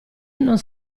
non